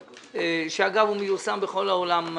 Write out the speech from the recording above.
שאגב הוא מיושם בכל העולם,